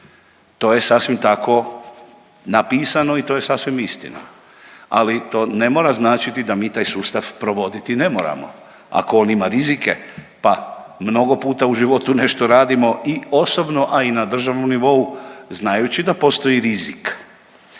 To je sasvim tako napisano i to je sasvim istina ali to ne mora značiti da mi taj sustav provoditi ne moramo, ako on ima rizike. Pa mnogo puta u životu nešto radimo i osobno, a i na državnom nivou znajući da postoji rizik.